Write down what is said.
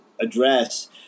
address